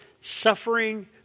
suffering